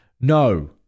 no